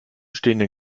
stehenden